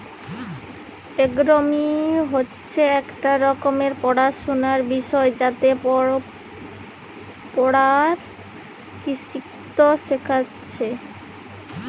agronomy হচ্ছে একটা রকমের পড়াশুনার বিষয় যাতে পড়ুয়ারা কৃষিতত্ত্ব শিখছে